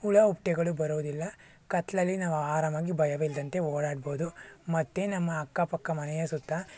ಹುಳ ಹುಪ್ಟೆಗಳು ಬರೋದಿಲ್ಲ ಕತ್ತಲಲ್ಲಿ ನಾವು ಆರಾಮಾಗಿ ಭಯವಿಲ್ಲದಂತೆ ಓಡಾಡ್ಬೌದು ಮತ್ತು ನಮ್ಮ ಅಕ್ಕಪಕ್ಕ ಮನೆಯ ಸುತ್ತ